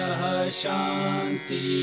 Shanti